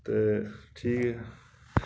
ते ठीक